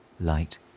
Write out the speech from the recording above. light